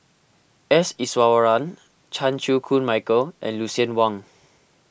S Iswaran Chan Chew Koon Michael and Lucien Wang